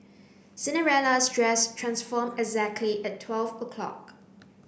Cinderella's dress transformed exactly at twelve o' clock